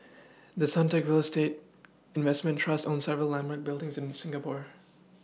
the Suntec real estate investment trust owns several landmark buildings in Singapore